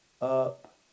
up